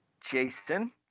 Jason